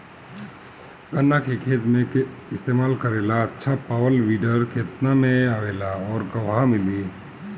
गन्ना के खेत में इस्तेमाल करेला अच्छा पावल वीडर केतना में आवेला अउर कहवा मिली?